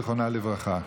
זיכרונה לברכה.